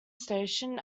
station